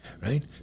Right